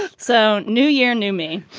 ah so. new year. new me,